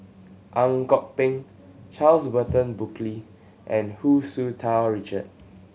Ang Kok Peng Charles Burton Buckley and Hu Tsu Tau Richard